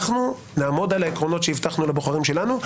אנחנו נעמוד על העקרונות שהבטחנו לבוחרים שלנו,